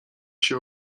się